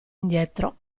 indietro